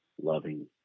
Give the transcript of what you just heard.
loving